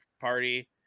party